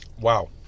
Wow